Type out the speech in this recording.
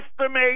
estimate